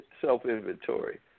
self-inventory